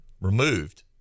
removed